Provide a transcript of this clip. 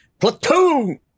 platoon